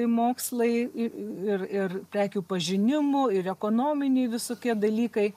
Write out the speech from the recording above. mokslai i ir ir prekių pažinimo ir ekonominiai visokie dalykai